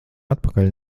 atpakaļ